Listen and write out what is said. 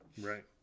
Right